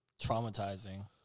traumatizing